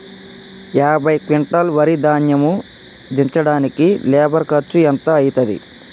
యాభై క్వింటాల్ వరి ధాన్యము దించడానికి లేబర్ ఖర్చు ఎంత అయితది?